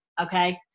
Okay